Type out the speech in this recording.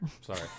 Sorry